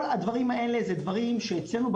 כל הדברים האלה זה דברים שאצלנו,